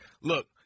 look